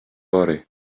fory